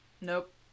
Nope